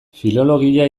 filologia